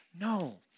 No